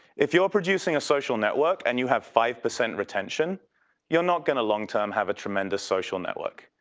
if you're producing a social network and you have five percent retention you're not going to long term have a tremendous social network.